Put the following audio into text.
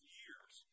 years